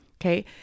Okay